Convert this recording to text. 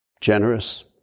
generous